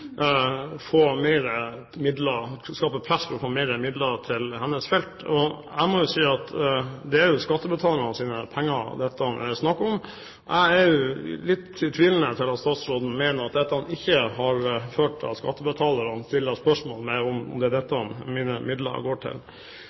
skape press for å få mer midler til hennes felt. Det er jo skattebetalernes penger dette er snakk om. Jeg er litt tvilende med hensyn til om statsråden mener at skattebetalerne ikke stiller spørsmål ved hva midlene går til. Når det gjelder det at tv er et sterkt medium, er det sånn at formidling er